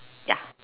ya